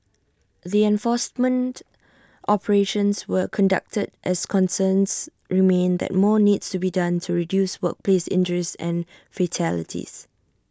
the enforcement operations were conducted as concerns remain that more needs to be done to reduce workplace injuries and fatalities